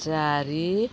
ଚାରି